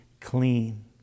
clean